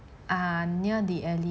uh near the alley